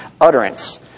utterance